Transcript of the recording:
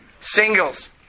singles